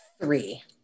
Three